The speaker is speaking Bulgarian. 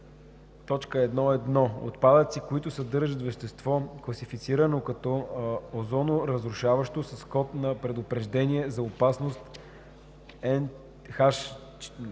14: 1.1. Отпадъци, които съдържат вещество, класифицирано като озоноразрушаващо с код на предупреждение за опасност Н420